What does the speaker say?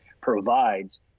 provides